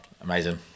Amazing